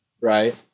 right